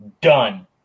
Done